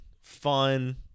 fun